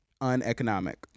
uneconomic